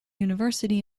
university